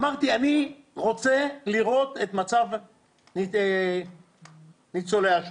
אמרתי שאני רוצה לראות את מצב ניצולי השואה.